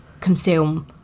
consume